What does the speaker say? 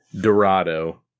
Dorado